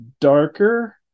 darker